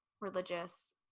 religious